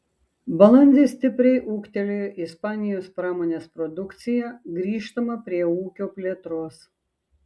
balandį stipriai ūgtelėjo ispanijos pramonės produkcija grįžtama prie ūkio plėtros